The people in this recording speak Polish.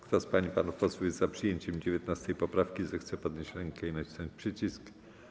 Kto z pań i panów posłów jest za przyjęciem 19. poprawki, zechce podnieść rękę i nacisnąć przycisk.